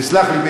תסלח לי,